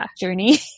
Journey